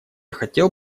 хотел